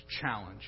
challenge